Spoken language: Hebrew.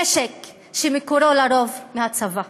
נשק שמקורו לרוב מהצבא,